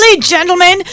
gentlemen